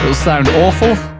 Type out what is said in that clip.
ah sound awful.